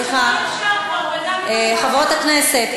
חברות הכנסת,